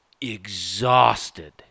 exhausted